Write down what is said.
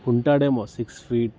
ఉంటాడు ఏమో six feet